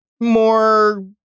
more